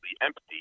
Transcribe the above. empty